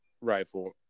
rifle